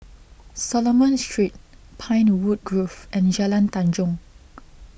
Solomon Street Pinewood Grove and Jalan Tanjong